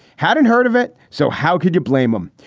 hadn't heard of it. so how could you blame him?